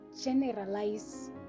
generalize